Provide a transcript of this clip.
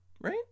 right